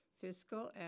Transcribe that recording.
Fiscal